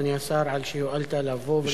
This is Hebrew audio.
אדוני השר, על שהואלת לבוא.